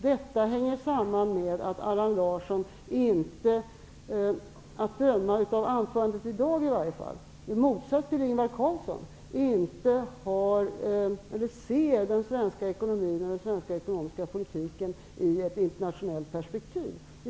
Detta hänger samman med att Allan Larsson, åtminstone att döma av dagens anförande, i motsats till Ingvar Carlsson inte ser den svenska ekonomin och den svenska ekonomiska politiken i ett internationellt perspektiv.